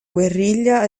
guerriglia